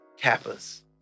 Kappas